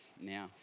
now